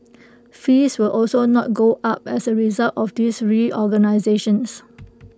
fees will also not go up as A result of this reorganisations